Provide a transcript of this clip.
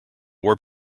warp